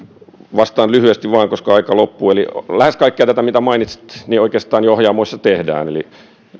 vastaan lyhyesti vain koska aika loppuu että oikeastaan lähes kaikkea tätä mitä mainitsit ohjaamoissa jo tehdään eli